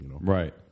Right